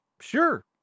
Sure